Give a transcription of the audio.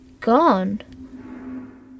gone